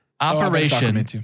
Operation